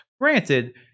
Granted